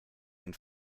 den